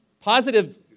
Positive